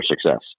success